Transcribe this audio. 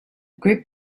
group